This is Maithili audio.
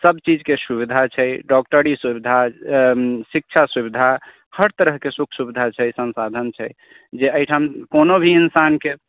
सबचीजके सुविधा छै डॉक्टरी सुविधा शिक्षा सुविधा हर तरहके सुख सुविधा छै संसाधन छै जे एहिठाम कोनो भी इन्सानके